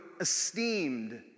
esteemed